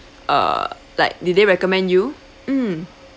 uh like did they recommend you mm